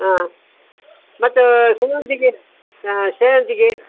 ಹಾಂ ಮತ್ತೂ ಸೇವಂತಿಗೆ ಹಾಂ ಸೇವಂತಿಗೆ